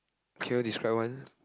can you describe one